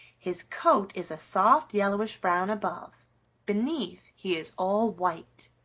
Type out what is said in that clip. his coat is a soft yellowish-brown above beneath he is all white.